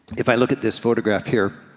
if i look at this photograph here,